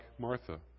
Martha